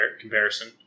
comparison